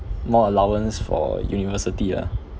more allowance for university ah